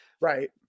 Right